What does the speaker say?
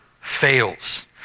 fails